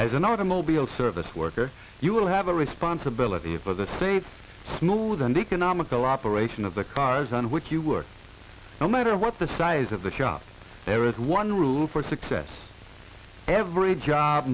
as an automobile service worker you will have a responsibility for the same smooth and economical operation of the cars on which you work no matter what the size of the shop there is one rule for success every job